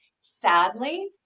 sadly